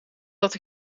dat